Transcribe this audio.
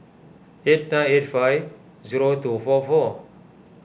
eight nine eight five zero two four four